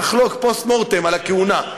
נחלוק פוסט-מורטם על הכהונה.